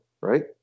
right